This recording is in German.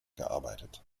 gearbeitet